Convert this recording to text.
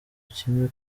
kimwe